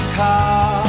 car